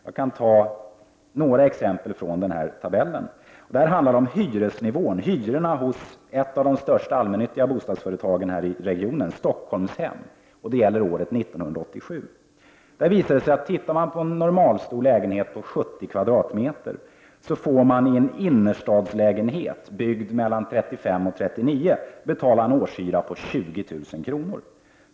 Jag kan ta några exempel från tabellen, och de handlar om hyrorna hos ett av de största allmännyttiga bostadsföretagen i den här regionen, Stockholmshem, och de avser år 1987. Där visar det sig att man får för en normalstor lägenhet i innerstaden, 70 m?, byggd någon gång mellan 1935 och 1939 betala en årshyra på 20 000 kr.